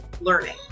learning